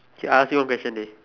K I ask you one question dey